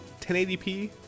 1080p